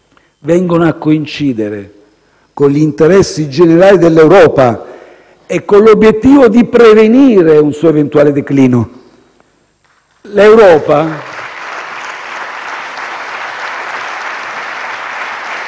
vengono a coincidere con gli interessi generali dell'Europa e con l'obiettivo di prevenire un suo eventuale declino. *(Applausi